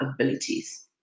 abilities